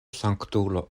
sanktulo